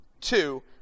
Two